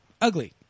ugly